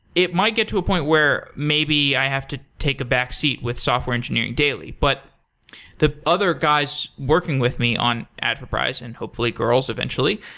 it might get to a point where maybe i have to take a backseat with software engineering daily. but other guys working with me on adforprize, and hopefully girls, eventually,